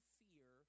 fear